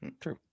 True